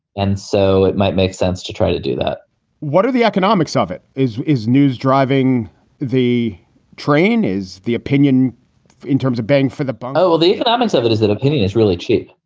and so it might make sense to try to do that what are the economics ah of it is is news. driving the train is the opinion in terms of bang for the buck? oh, the economics of it is that opinion is really cheap.